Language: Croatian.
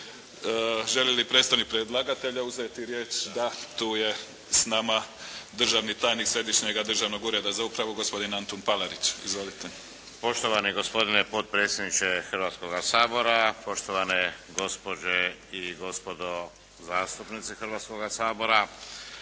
Želi li predstavnik predlagatelja uzeti riječ? Da. Tu je s nama državni tajnik Središnjega državnog ureda za upravu gospodin Antun Palarić. Izvolite! **Palarić, Antun** Poštovani gospodine potpredsjedniče Hrvatskoga sabora, poštovane gospođe i gospodo zastupnici Hrvatskoga sabora!